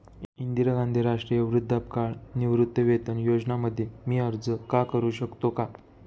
इंदिरा गांधी राष्ट्रीय वृद्धापकाळ निवृत्तीवेतन योजना मध्ये मी अर्ज का करू शकतो का?